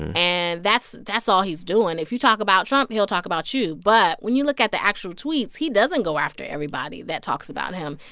and that's that's all he's doing. if you talk about trump, he'll talk about you. but when you look at the actual tweets, he doesn't go after everybody that talks about him,